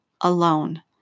alone